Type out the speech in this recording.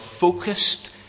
Focused